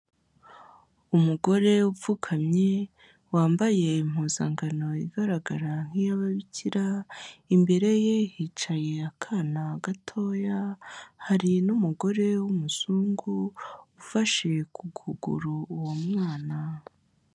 Umugore upfukamye, wambaye impuzangano igaragara nk'iy'ababikira, imbere ye hicaye akana gatoya, hari n'umugore w'umuzungu ufashe ku kuguru uwo mwana.